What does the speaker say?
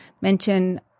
mention